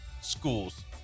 schools